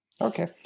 Okay